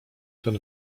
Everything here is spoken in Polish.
ten